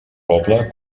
poble